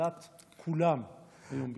נחלת כולם היום בישראל.